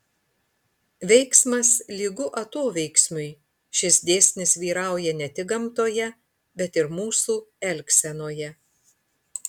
veiksmas lygu atoveiksmiui šis dėsnis vyrauja ne tik gamtoje bet ir mūsų elgsenoje